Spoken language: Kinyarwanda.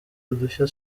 udushya